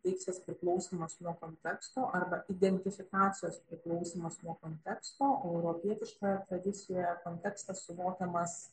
deiksės priklausymas nuo konteksto arba identifikacijos priklausymas nuo konteksto o europietiškoje tradicijoje kontekstas suvokiamas